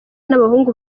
n’abahungu